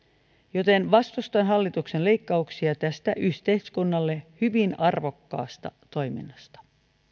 joten vastustan hallituksen leikkauksia tästä yhteiskunnalle hyvin arvokkaasta toiminnasta